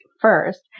first